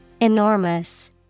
Enormous